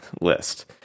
list